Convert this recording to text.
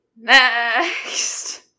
Next